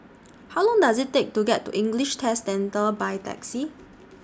How Long Does IT Take to get to English Test Centre By Taxi